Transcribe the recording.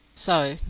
so,